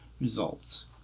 results